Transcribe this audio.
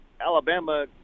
Alabama